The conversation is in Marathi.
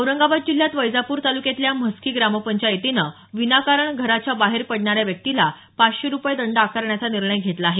औरंगाबाद जिल्ह्यात वैजापूर तालुक्यातल्या म्हस्की ग्रामपंचायतीनं विनाकारण घराच्या बाहेर पडणाऱ्या व्यक्तीला पाचशे रूपये दंड आकारण्याचा निर्णय घेतला आहे